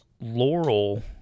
Laurel